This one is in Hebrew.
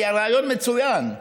רעיון מצוין,